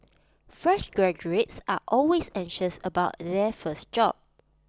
fresh graduates are always anxious about their first job